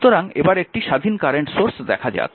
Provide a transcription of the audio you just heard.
সুতরাং এবার একটি স্বাধীন কারেন্ট সোর্স দেখা যাক